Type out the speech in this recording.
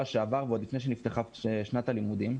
שעבר ועוד לפני שנפתחה שנת הלימודים.